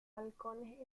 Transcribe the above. balcones